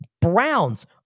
Browns